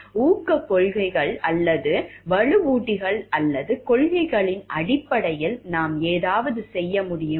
ஊக்கத்தொகைகள் அல்லது வலுவூட்டல்கள் அல்லது கொள்கைகளின் அடிப்படையில் நாம் ஏதாவது செய்ய முடியுமா